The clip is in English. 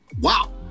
wow